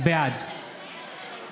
בעד